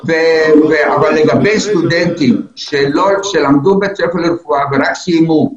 לגבי סטודנטים שלמדו בבית ספר לרפואה ורק סיימו,